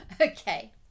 Okay